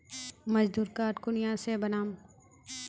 मजदूर कार्ड कुनियाँ से बनाम?